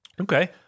Okay